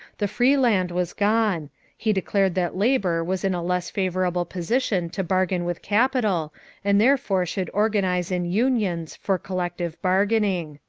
the free land was gone he declared that labor was in a less favorable position to bargain with capital and therefore should organize in unions for collective bargaining.